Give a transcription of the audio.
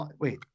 wait